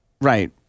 Right